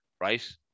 right